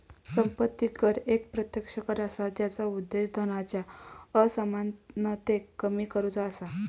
संपत्ती कर एक प्रत्यक्ष कर असा जेचा उद्देश धनाच्या असमानतेक कमी करुचा असा